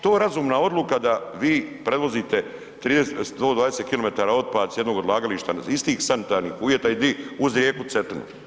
Jel to razumna odluka da vi prevozite 120 km otpad s jednog odlagališta, istih sanitarnih uvjeta, i di, uz rijeku Cetinu?